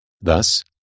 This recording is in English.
Thus